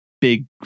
big